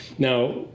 Now